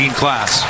class